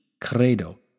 Credo